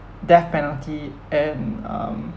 death penalty and um